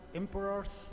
emperors